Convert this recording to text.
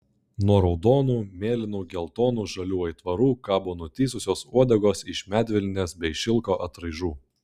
nuo raudonų mėlynų geltonų žalių aitvarų kabo nutįsusios uodegos iš medvilnės bei šilko atraižų